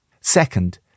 Second